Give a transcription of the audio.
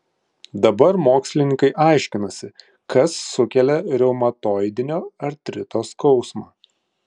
dabar mokslininkai aiškinasi kas sukelia reumatoidinio artrito skausmą